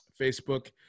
Facebook